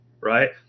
Right